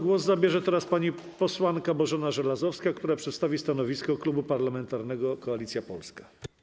Głos zabierze teraz pani posłanka Bożena Żelazowska, która przedstawi stanowisko Klubu Parlamentarnego Koalicja Polska.